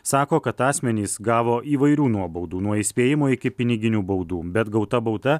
sako kad asmenys gavo įvairių nuobaudų nuo įspėjimo iki piniginių baudų bet gauta bauda